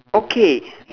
okay